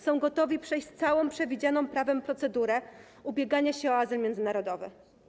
Są gotowi przejść całą przewidzianą prawem procedurę ubiegania się o azyl międzynarodowy.